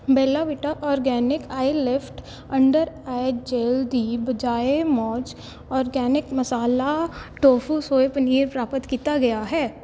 Bella Vita organic eye lift under eye gel ਦੀ ਬਜਾਏ ਮੌਜ਼ organic masala tofu soy paneer ਪ੍ਰਾਪਤ ਕੀਤਾ ਗਿਆ ਹੈ